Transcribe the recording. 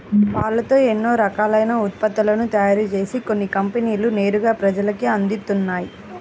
పాలతో ఎన్నో రకాలైన ఉత్పత్తులను తయారుజేసి కొన్ని కంపెనీలు నేరుగా ప్రజలకే అందిత్తన్నయ్